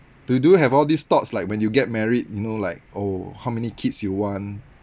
you do you have all these thoughts like when you get married you know like oh how many kids you want